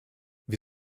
wir